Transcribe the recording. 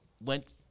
went